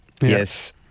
Yes